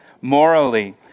morally